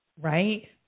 Right